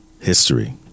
History